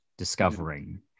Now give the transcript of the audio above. discovering